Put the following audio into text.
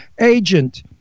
agent